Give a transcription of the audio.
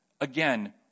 Again